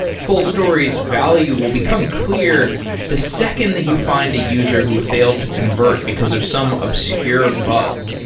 fullstory's value will become clear the second that you find a user who failed to convert because of some obscure bug.